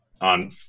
on